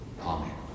Amen